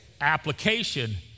Application